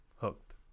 hooked